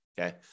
okay